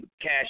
Cash